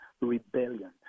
rebellion